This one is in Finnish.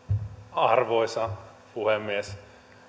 arvoisa puhemies